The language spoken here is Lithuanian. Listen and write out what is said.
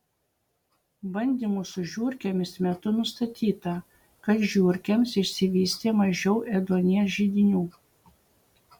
bandymų su žiurkėmis metu nustatyta kad žiurkėms išsivystė mažiau ėduonies židinių